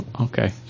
Okay